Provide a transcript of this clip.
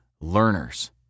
learners